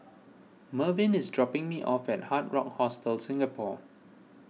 Mervyn is dropping me off at Hard Rock Hostel Singapore